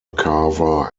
carver